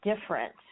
different